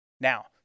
Now